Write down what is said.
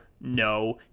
No